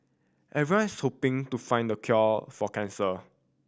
everyone's hoping to find the cure for cancer